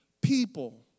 people